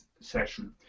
session